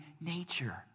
nature